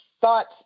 thoughts